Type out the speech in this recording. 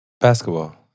Basketball